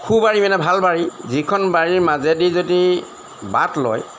সু বাৰী মানে ভালবাৰী যিখন বাৰীৰ মাজেদি যদি বাট লয়